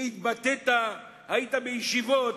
כי התבטאת, היית בישיבות,